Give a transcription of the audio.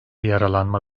yaralanma